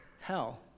hell